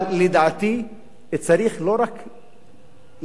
אבל לדעתי, צריך לא רק להקשיב,